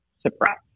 suppress